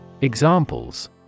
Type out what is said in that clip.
Examples